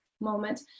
moment